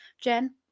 Jen